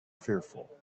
fearful